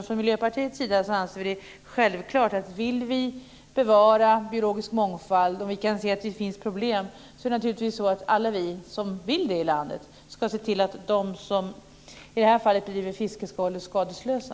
Från Miljöpartiets sida anser vi det självklart, om vi vill bevara biologisk mångfald där vi ser att det finns problem, att se till att de som i det här fallet bedriver fiske ska hållas skadeslösa.